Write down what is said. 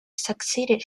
succeeded